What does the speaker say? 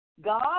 God